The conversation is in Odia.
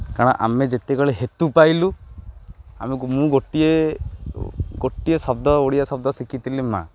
କାରଣ ଆମେ ଯେତେବେଳେ ହେତୁ ପାଇଲୁ ଆମକୁ ମୁଁ ଗୋଟିଏ ଗୋଟିଏ ଶବ୍ଦ ଓଡ଼ିଆ ଶବ୍ଦ ଶିଖିଥିଲି ମାଁ